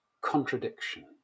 contradiction